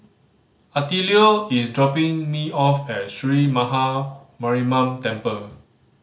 Attilio is dropping me off at Sree Maha Mariamman Temple